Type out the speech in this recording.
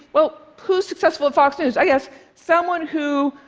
well, who is successful at fox news? i guess someone who,